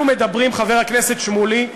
אנחנו מדברים, חבר הכנסת שמולי,